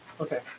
Okay